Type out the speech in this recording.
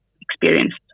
experienced